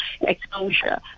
exposure